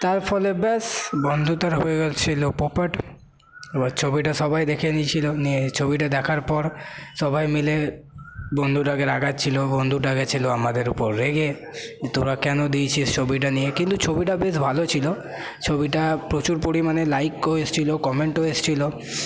তার ফলে ব্যাস বন্ধু তো হয়ে গেছিলো পোপট এবার ছবিটা সবাই দেখে নিয়েছিলো নিয়ে ছবিটা দেখার পর সবাই মিলে বন্ধুটাকে রাগাচ্ছিলো বন্ধুটা গিয়েছিলো আমাদের ওপর রেগে তোরা কেন দিয়েছিস ছবিটা নিয়ে কিন্তু ছবিটা বেশ ভালো ছিলো ছবিটা প্রচুর পরিমাণে লাইকও এসছিলো কমেন্টও এসেছিলো